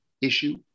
issue